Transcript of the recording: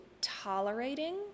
tolerating